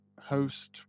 host